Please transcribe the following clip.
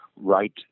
right